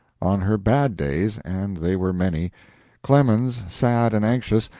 on her bad days and they were many clemens, sad and anxious,